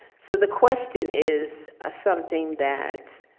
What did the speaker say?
so the question is a something that